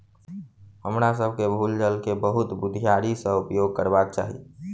हमरासभ के भू जल के बहुत बुधियारी से उपयोग करबाक चाही